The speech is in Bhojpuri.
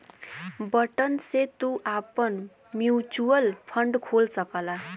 बटन से तू आपन म्युचुअल फ़ंड खोल सकला